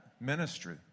ministry